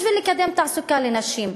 בשביל לקדם תעסוקה לנשים.